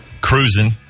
cruising